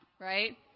right